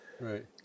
right